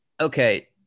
okay